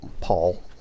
Paul